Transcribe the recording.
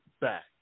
back